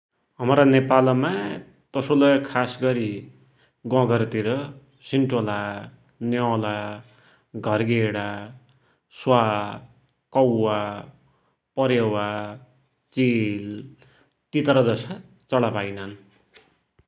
हमरा नेपालमा, तसोलै खासगरि गौघरतिर सिन्टला, न्यौला, धरगेडा, स्वा, कौवा, परेवा, चिल, तितरा जसा चडा पाइनान् ।